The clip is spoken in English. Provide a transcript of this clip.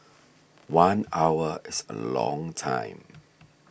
one hour is a long time